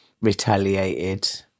retaliated